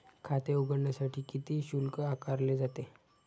खाते उघडण्यासाठी किती शुल्क आकारले जाते?